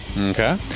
okay